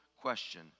question